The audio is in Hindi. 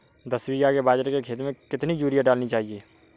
दस बीघा के बाजरे के खेत में कितनी यूरिया डालनी चाहिए?